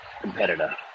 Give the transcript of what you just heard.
competitor